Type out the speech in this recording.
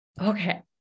Okay